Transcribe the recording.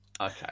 Okay